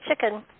chicken